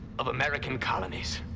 of american colonies.